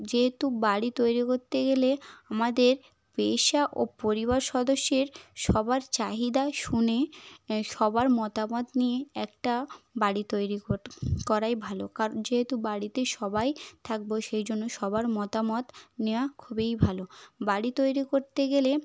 যেহেতু বাড়ি তৈরি করতে গেলে আমাদের পেশা ও পরিবার সদস্যের সবার চাহিদা শুনে সবার মতামত নিয়ে একটা বাড়ি তৈরি করাই ভালো কারণ যেহেতু বাড়িতে সবাই থাকব সেই জন্য সবার মতামত নেওয়া খুবই ভালো বাড়ি তৈরি করতে গেলে